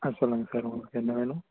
ஆ சொல்லுங்கள் சார் உங்களுக்கு என்ன வேணும்